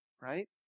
right